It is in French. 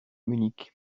munich